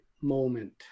moment